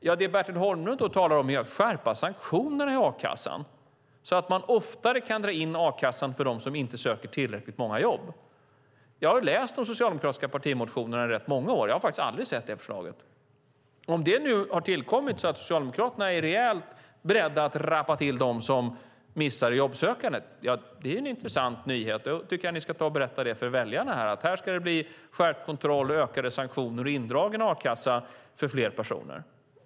Det som Bertil Holmlund då talar om är att skärpa sanktionerna i a-kassan, så att man oftare kan dra in a-kassan för dem som inte söker tillräckligt många jobb. Jag har läst de socialdemokratiska partimotionerna under rätt många år, och jag har faktiskt aldrig sett det förslaget. Om det nu har tillkommit så att Socialdemokraterna är rejält beredda att rappa till dem som missar i jobbsökandet är det en intressant nyhet. Då tycker jag att ni ska berätta för väljarna att det nu ska bli skärpt kontroll, ökade sanktioner och indragen a-kassa för fler personer.